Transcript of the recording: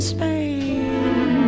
Spain